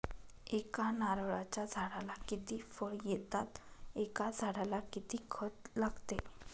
एका नारळाच्या झाडाला किती फळ येतात? एका झाडाला किती खत लागते?